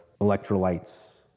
electrolytes